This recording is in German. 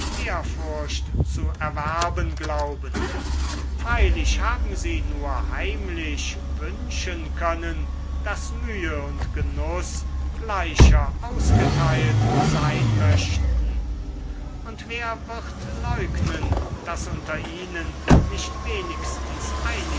ehrfurcht zu erwerben glauben freilich haben sie nur heimlich wünschen können daß mühe und genuß gleicher ausgeteilt sein möchten und wer wird leugnen daß unter ihnen nicht wenigstens